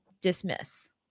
dismiss